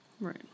Right